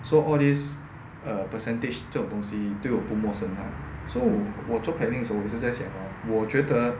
so all this err percentage 这种东西对我不陌生 right so 我做 planning 的时候我一直在想 hor 我觉得